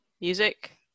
music